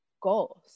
goals